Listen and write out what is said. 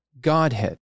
Godhead